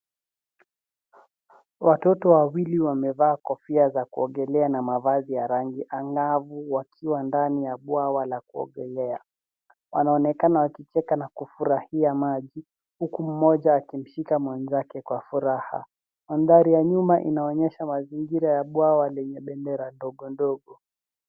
Watoto wawili wamevaa kofia za kuogelea na mavazi ya rangi angavu wakiwa ndani ya bwawa la kuogelea. Wanaonekana wakicheka na kufurahia maji, huku mmoja akimshika mwenzake kwa furaha. Mandhari ya nyuma inaonyesha mazingira ya bwawa lenye bendera ndogo ndogo.